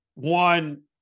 One